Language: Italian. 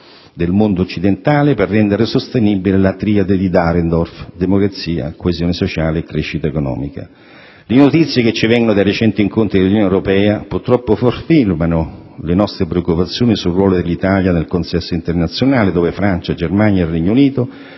del mondo occidentale per rendere sostenibile la triade di Dahrendorf: democrazia, coesione sociale e crescita economica. Le notizie che ci vengono dai recenti incontri dell'Unione Europea, purtroppo confermano le nostre preoccupazioni sul ruolo dell'Italia nel consesso internazionale dove Francia, Germania e Regno Unito